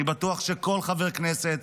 אני בטוח שכל חבר כנסת,